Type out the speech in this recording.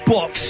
Box